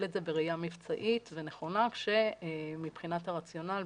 את זה בראייה מבצעית ונכונה כשמבחינת הרציונל,